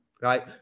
right